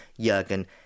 Jurgen